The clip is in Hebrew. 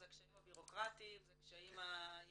זה הקשיים הבירוקרטיים, זה הקשיים עם